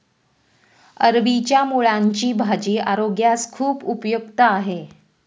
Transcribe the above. अरबीच्या मुळांची भाजी आरोग्यास खूप उपयुक्त आहे